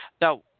Now